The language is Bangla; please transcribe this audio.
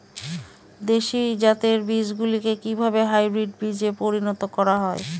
দেশি জাতের বীজগুলিকে কিভাবে হাইব্রিড বীজে পরিণত করা হয়?